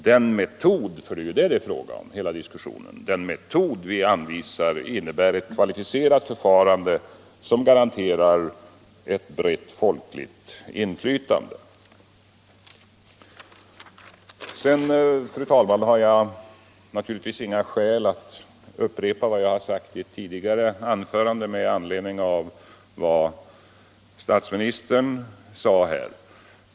Den metod — för det är den hela diskussionen gäller — som vi anvisar innebär ett kvalificerat förfarande som garanterar ett brett folkligt inflytande. Sedan, fru talman, har jag naturligtvis inga skäl att med anledning av vad statsministern sade här upprepa vad jag har sagt i ett tidigare anförande.